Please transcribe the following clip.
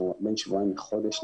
בין שבועיים לחודש,